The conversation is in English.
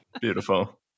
Beautiful